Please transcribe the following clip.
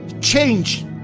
change